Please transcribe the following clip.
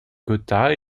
gotha